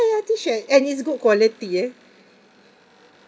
T-shirt and it's good quality ya